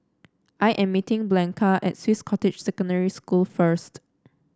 I am meeting Blanca at Swiss Cottage Secondary School first